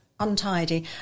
Untidy